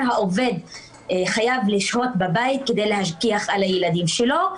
העובד חייב לשהות בבית כדי להשגיח על הילדים שלו.